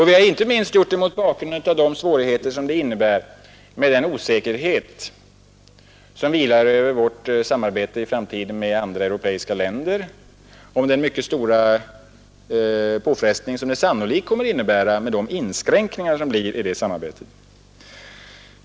Vi har inte minst gjort det mot bakgrunden av de svårigheter som det innebär med den osäkerhet som vilar över vårt samarbete i framtiden med andra europeiska länder och den mycket stora påfrestning som det sannolikt kommer att innebära med de inskränkningar som det blir i det samarbetet.